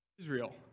Israel